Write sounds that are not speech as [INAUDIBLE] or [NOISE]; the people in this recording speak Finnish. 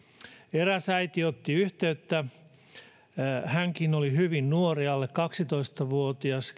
eräs äiti otti yhteyttä hän kertoi tyttärestään tämäkin oli hyvin nuori alle kaksitoista vuotias [UNINTELLIGIBLE]